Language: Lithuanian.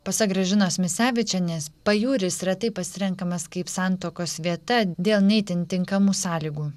pasak gražinos misevičienės pajūris retai pasirenkamas kaip santuokos vieta dėl ne itin tinkamų sąlygų